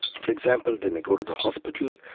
for example they may go to the hospital,